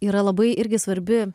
yra labai irgi svarbi